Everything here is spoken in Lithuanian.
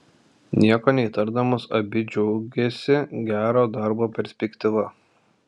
nieko neįtardamos abi džiaugėsi gero darbo perspektyva